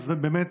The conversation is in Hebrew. באמת